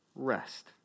rest